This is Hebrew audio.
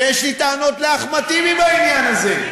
ויש לי טענות לאחמד טיבי בעניין הזה.